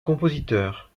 compositeur